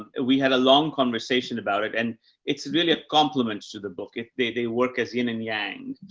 ah we had a long conversation about it and it's really a compliment to the book if they they work as in and yang.